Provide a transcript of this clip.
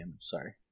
sorry